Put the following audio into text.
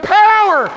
power